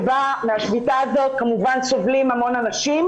שבשביתה הזאת כמובן סובלים המון אנשים.